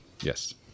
Yes